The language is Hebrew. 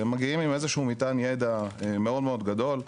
הם מגיעים עם איזשהו מטען ידע מאוד מאוד גדול.